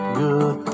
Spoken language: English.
good